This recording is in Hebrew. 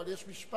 אבל יש משפט.